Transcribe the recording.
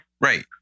right